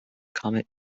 comet